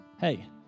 hey